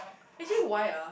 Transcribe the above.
actually why ah